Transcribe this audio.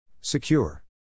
Secure